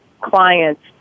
clients